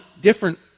different